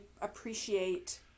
appreciate